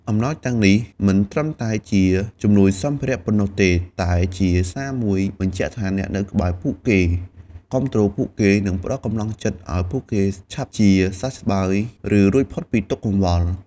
អំណោយទាំងនេះមិនត្រឹមតែជាជំនួយសម្ភារៈប៉ុណ្ណោះទេ តែជាសារមួយបញ្ជាក់ថាអ្នកនៅក្បែរពួកគេ គាំទ្រពួកគេ និងផ្តល់កម្លាំងចិត្តឲ្យពួកគេឆាប់ជាសះស្បើយ ឬរួចផុតពីទុក្ខកង្វល់។